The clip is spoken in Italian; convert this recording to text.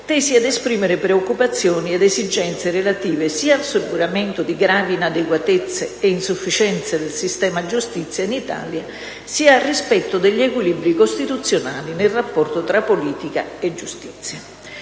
tesi ad esprimere preoccupazioni ed esigenze relative sia al superamento di gravi inadeguatezze e insufficienze del "sistema giustizia" in Italia sia al rispetto degli equilibri costituzionali nel rapporto tra politica e giustizia.